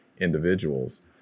individuals